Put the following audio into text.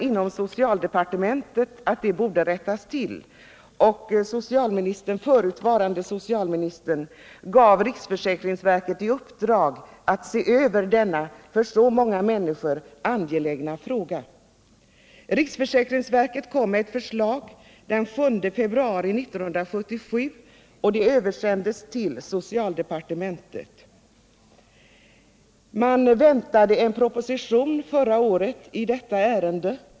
Inom socialdepartementet ansåg man att detta missförhållande borde rättas till, och förutvarande socialministern gav riksförsäkringsverket i uppdrag att se över denna för så många människor angelägna fråga. Riksförsäkringsverket kom med ett förslag den 7 februari 1977, och det översändes till socialdepartementet. En proposition väntades förra året i detta ärende.